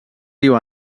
diu